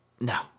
No